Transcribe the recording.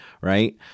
right